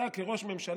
אתה כראש ממשלה,